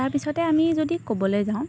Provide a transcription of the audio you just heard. তাৰপিছতে আমি যদি ক'বলৈ যাওঁ